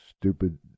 stupid